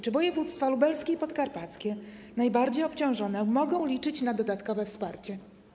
Czy województwa lubelskie i podkarpackie, najbardziej obciążone, mogą liczyć na dodatkowe wsparcie?